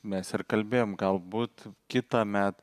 mes ir kalbėjom galbūt kitąmet